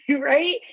right